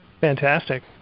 Fantastic